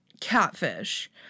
Catfish